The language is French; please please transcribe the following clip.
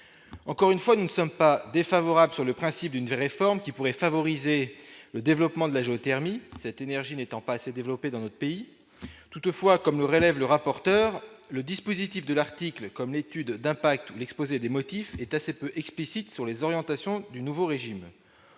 encore une fois, nous ne sommes pas défavorables sur le principe d'une réforme qui pourrait favoriser le développement de la géothermie cette énergie n'étant pas assez développée dans notre pays, toutefois, comme le relève le rapporteur, le dispositif de l'article, comme l'étude d'impact ou l'exposé des motifs, est assez peu explicite sur les orientations du nouveau régime,